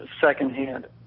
secondhand